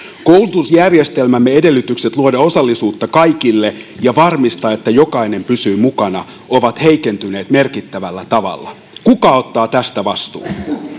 koulutusjärjestelmämme edellytykset luoda osallisuutta kaikille ja varmistaa että jokainen pysyy mukana ovat heikentyneet merkittävällä tavalla kuka ottaa tästä vastuun